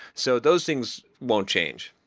so those things won't change.